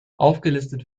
aufgelistet